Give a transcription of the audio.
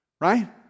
right